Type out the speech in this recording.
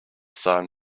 sun